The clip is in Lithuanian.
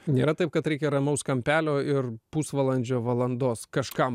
nėra taip kad reikia ramaus kampelio ir pusvalandžio valandos kažkam